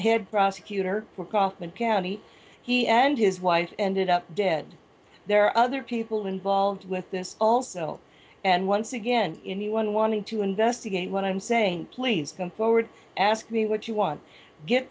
had prosecutor for kaufman county he and his wife ended up dead there are other people involved with this also and once again anyone wanting to investigate what i'm saying please come forward ask me what you want get